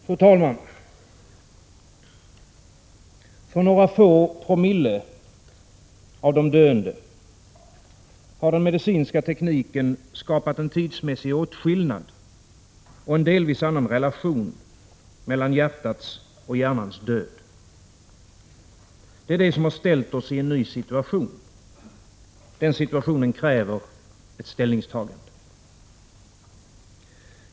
Fru talman! För några få promille av de döende har den medicinska tekniken skapat en tidsmässig åtskillnad och en delvis annan relation mellan hjärtats och hjärnans död. Det är det som har försatt oss i en ny situation, och den situationen kräver ett ställningstagande.